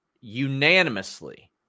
unanimously